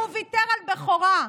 תודה רבה.